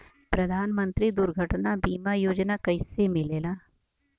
प्रधानमंत्री दुर्घटना बीमा योजना कैसे मिलेला?